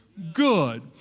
good